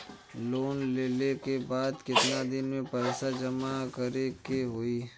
Loan लेले के बाद कितना दिन में पैसा जमा करे के होई?